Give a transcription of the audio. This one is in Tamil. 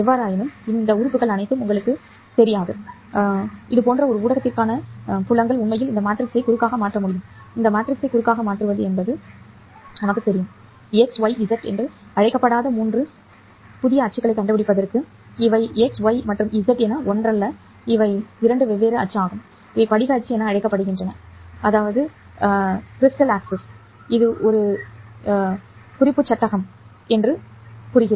எவ்வாறாயினும் இந்த உறுப்புகள் அனைத்தும் உங்களுக்குத் தெரியாது இதுபோன்ற ஒரு ஊடகத்திற்கான புலங்கள் உண்மையில் இந்த மேட்ரிக்ஸை குறுக்காக மாற்ற முடியும் இந்த மேட்ரிக்ஸை குறுக்காக மாற்றுவது சரி எக்ஸ் ஒய் மற்றும் இசட் என அழைக்கப்படாத 3 புதிய அச்சுகளைக் கண்டுபிடிப்பதற்கு இவை எக்ஸ் ஒய் மற்றும் இசட் என ஒன்றல்ல இவை இரண்டு வெவ்வேறு அச்சு ஆகும் இவை படிக அச்சு என அழைக்கப்படுகின்றன இது உங்கள் குறிப்பு சட்டகம் சரி